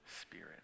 spirit